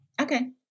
okay